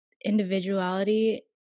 Individuality